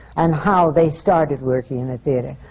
and how they started working in the theatre.